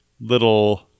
little